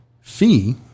fee